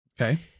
Okay